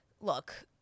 look